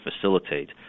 facilitate